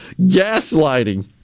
Gaslighting